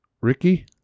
Ricky